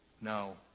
No